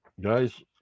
guys